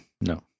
No